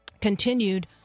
Continued